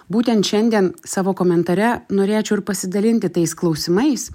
būtent šiandien savo komentare norėčiau ir pasidalinti tais klausimais